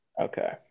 Okay